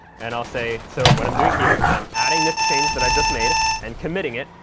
and i'll say so, what i'm doing here is i'm adding this change that i just made and committing it,